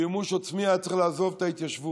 בשביל מימוש עצמי היה צריך לעזוב את ההתיישבות.